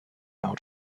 out